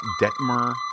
Detmer